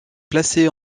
placé